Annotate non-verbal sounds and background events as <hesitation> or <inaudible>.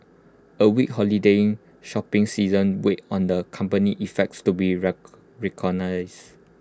A weak holiday shopping season weighed on the company's efforts to <hesitation> reorganise